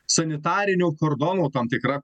sanitarinio kordono tam tikra